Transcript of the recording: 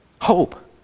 Hope